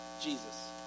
Jesus